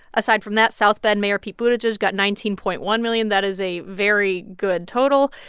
aside from that, south bend mayor pete buttigieg got nineteen point one million. that is a very good total.